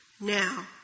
now